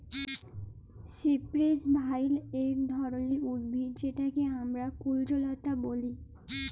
cypress vine ইক ধরলের উদ্ভিদ যেটকে আমরা কুল্জলতা ব্যলে